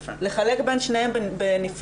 האם לחלק בין שניהם בנפרד,